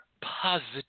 positive